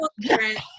different